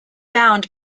bound